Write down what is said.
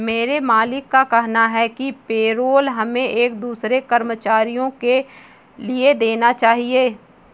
मेरे मालिक का कहना है कि पेरोल हमें एक दूसरे कर्मचारियों के लिए देना चाहिए